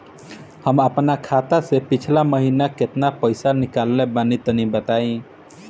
हम आपन खाता से पिछला महीना केतना पईसा निकलने बानि तनि बताईं?